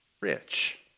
rich